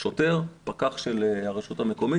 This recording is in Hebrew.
שוטר ופקח של הרשות המקומית.